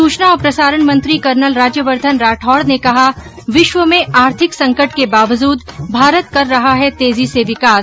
सूचना और प्रसारण मंत्री कर्नल राज्यवर्द्वन राठौड़ ने कहा विश्व में आर्थिक संकट के बावजूद भारत कर रहा है तेजी से विकास